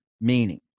meaning